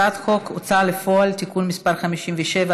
הצעת חוק ההוצאה לפועל (תיקון מס' 57),